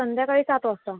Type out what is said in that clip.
संध्याकाळी सात वाजता